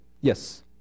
Yes